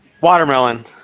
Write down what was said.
Watermelon